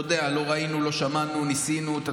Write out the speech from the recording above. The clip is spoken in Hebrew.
אתה יודע, "לא ראינו, לא שמענו, ניסינו".